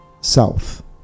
south